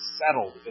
settled